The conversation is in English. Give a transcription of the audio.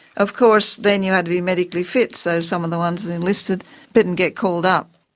of course then you had to be medically fit, so some of the ones and enlisted didn't get called up.